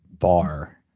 bar